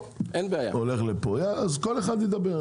אלה כלל התושבים.